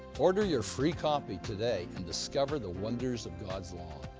order your free copy today and discover the wonders of god's law.